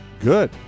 Good